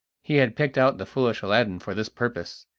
he had picked out the foolish aladdin for this purpose,